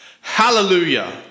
hallelujah